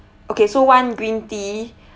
okay so one green tea